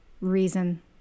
reason